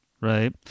right